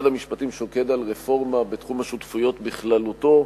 המשפטים שוקד על רפורמה בתחום השותפויות בכללותו,